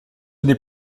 n’est